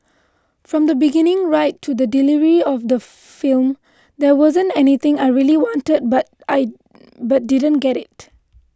from the beginning right to the delivery of the film there wasn't anything I really wanted but I but didn't get it